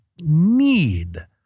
need